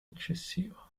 eccessivo